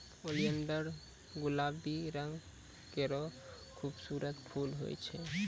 oleander गुलाबी रंग केरो खूबसूरत फूल होय छै